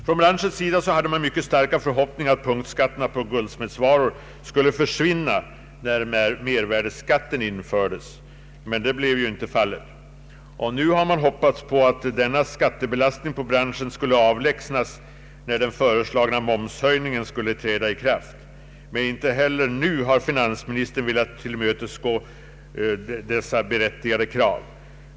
Från branschens sida hade man mycket starka förhoppningar om att punktskatterna på guldsmedsvaror skulle försvinna när mervärdeskatten infördes, men så blev inte fallet. Nu har man hoppats att denna skattebelastning på branschen skulle avlägsnas när den föreslagna momshöjningen skulle träda i kraft. Men inte heller här har finansministern velat tillmötesgå dessa berättigade krav.